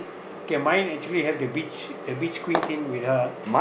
K mine actually have the beach the beach queen thing with a